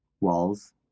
walls